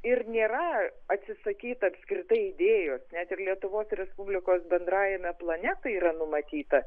ir nėra atsisakyt apskritai idėjos net ir lietuvos respublikos bendrajame plane tai yra numatyta